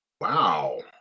Wow